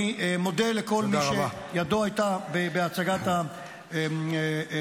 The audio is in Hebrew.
אני מודה לכל מי שידו הייתה בהצעת החוק